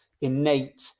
innate